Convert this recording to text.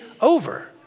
over